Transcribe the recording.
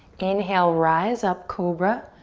inhale, rise up. cobra,